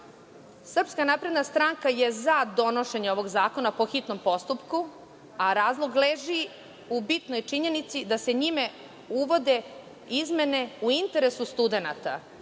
napredna stranka je za donošenje ovog zakona po hitnom postupku, a razlog leži u bitnoj činjenici, da se njime uvode izmene u interesu studenata